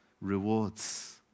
rewards